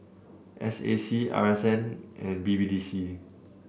S A C R S N and B B D C